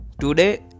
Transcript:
Today